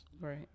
Right